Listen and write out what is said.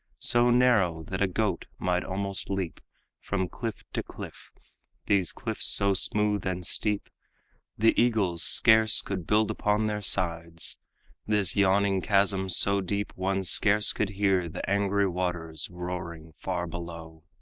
so narrow that a goat might almost leap from cliff to cliff these cliffs so smooth and steep the eagles scarce could build upon their sides this yawning chasm so deep one scarce could hear the angry waters roaring far below.